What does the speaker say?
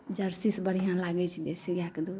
जर्सीसँ बढ़िआँ लागै छै देशी गाइके दूध